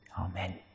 Amen